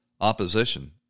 opposition